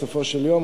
בסופו של יום.